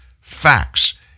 facts